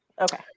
Okay